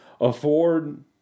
afford